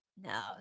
No